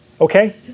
Okay